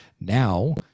now